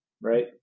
right